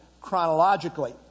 chronologically